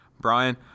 Brian